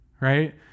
right